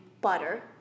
butter